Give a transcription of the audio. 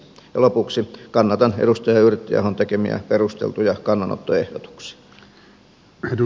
ja lopuksi kannatan edustaja yrttiahon tekemiä perusteltuja kannanottoehdotuksia